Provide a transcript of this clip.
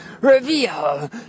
reveal